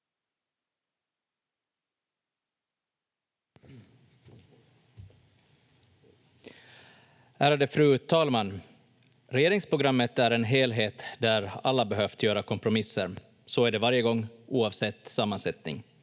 Ärade fru talman! Regeringsprogrammet är en helhet där alla behövt göra kompromisser. Så är det varje gång oavsett sammansättning.